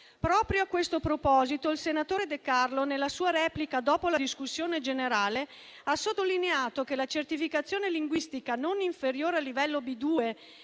Proprio a questo proposito il senatore De Carlo, nella sua replica dopo la discussione generale, ha sottolineato che la certificazione linguistica non inferiore al livello B2